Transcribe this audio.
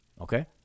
Okay